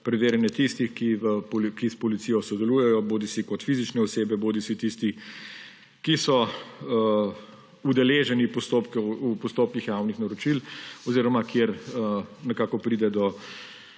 preverjanje tistih, ki s policijo sodelujejo bodisi kot fizične osebe bodisi tisti, ki so udeleženi v postopkih javnih naročil oziroma kjer nekako pride do